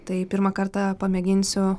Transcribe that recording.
tai pirmą kartą pamėginsiu